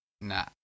Nah